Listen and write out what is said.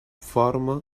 forma